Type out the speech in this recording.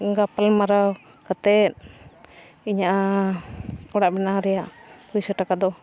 ᱜᱟᱯᱟᱞᱢᱟᱨᱟᱣ ᱠᱟᱛᱮᱫ ᱤᱧᱟᱹᱜ ᱚᱲᱟᱜ ᱵᱮᱱᱟᱣ ᱨᱮᱱᱟᱜ ᱯᱚᱭᱥᱟ ᱴᱟᱠᱟ ᱫᱚ